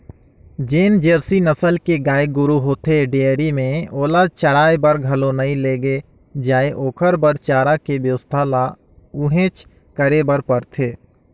जेन जरसी नसल के गाय गोरु होथे डेयरी में ओला चराये बर घलो नइ लेगे जाय ओखर बर चारा के बेवस्था ल उहेंच करे बर परथे